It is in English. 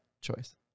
choice